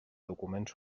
documents